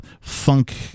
funk